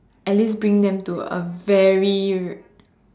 at least bring them to a very